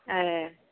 ए